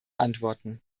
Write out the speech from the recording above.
antworten